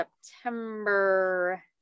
september